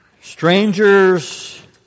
Strangers